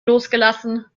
losgelassen